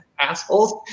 assholes